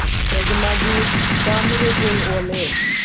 ꯔꯥꯖꯃꯥꯗꯤ ꯆꯥꯝꯃꯒ ꯀꯨꯟ ꯑꯣꯜꯂꯦ